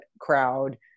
crowd